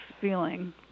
feeling